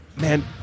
man